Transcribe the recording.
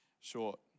short